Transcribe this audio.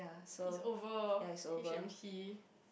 it's over H_M_T